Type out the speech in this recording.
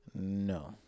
No